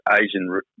Asian